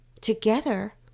Together